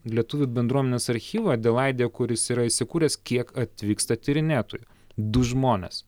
lietuvių bendruomenės archyvą adelaidėje kur jis yra įsikūręs kiek atvyksta tyrinėtojų du žmonės